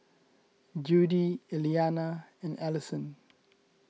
Judy Eliana and Allyson